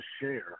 share